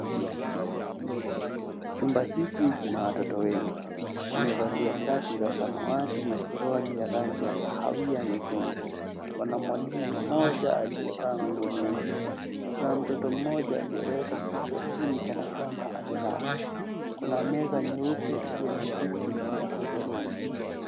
Chumba hiki kina watoto wengi. Wamevalia shati za samawati na suruali ya rangi ya kahawia nyekundu. Wana mwalimu mmoja aliyevaa nguo nyeusi. Kuna mtoto mmoja aliyeweka kichwa chini, kana kwamba amelala. Kuna meza nyeupe iliyo na viti ya hudhurungi.